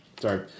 sorry